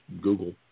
Google